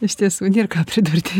iš tiesų nėr ką pridurti